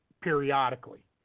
periodically